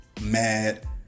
mad